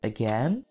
Again